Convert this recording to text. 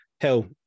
hell